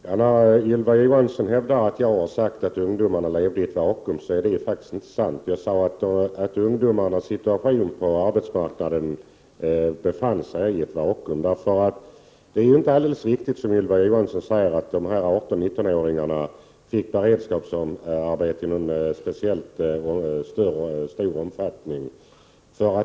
Herr talman! När Ylva Johansson hävdar att jag har sagt att ungdomarna levde i ett vakuum, är detta faktiskt inte sant. Jag sade att ungdomarnas situation på arbetsmarknaden kunde liknas vid ett vakuum. Det är inte alldeles riktigt — som Ylva Johansson säger — att dessa 18—19-åringar fick beredskapsarbete i någon särskilt stor omfattning.